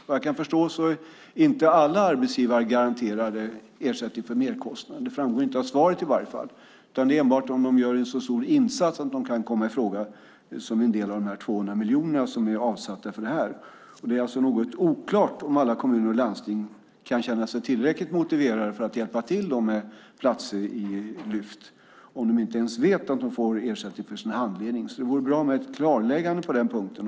Vad jag kan förstå är inte alla arbetsgivare garanterade ersättning för merkostnader. Det framgår inte av svaret i varje fall. Det är enbart om de gör en stor insats som de kan komma i fråga för en del av de 200 miljoner kronor som är avsatta för det här. Det är oklart om alla kommuner och landsting kan känna sig tillräckligt motiverade för att hjälpa till med platser i Lyftet om de inte ens vet att de får ersättning för sin handledning. Det vore bra med ett klarläggande på den punkten.